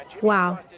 Wow